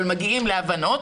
אבל מגיעים להבנות,